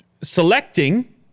selecting